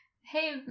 hey